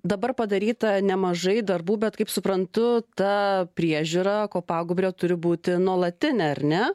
dabar padaryta nemažai darbų bet kaip suprantu ta priežiūra kopagūbrio turi būti nuolatinė ar ne